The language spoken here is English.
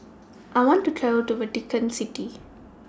I want to to Vatican City